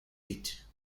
hit